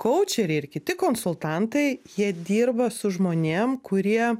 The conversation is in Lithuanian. kaučeriai ir kiti konsultantai jie dirba su žmonėm kurie